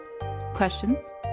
Questions